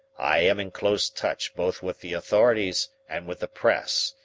i am in close touch both with the authorities and with the press,